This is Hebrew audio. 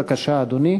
בבקשה, אדוני.